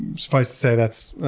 suffice to say that's